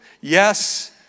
Yes